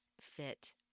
fit